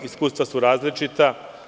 Iskustva su različita.